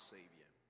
Savior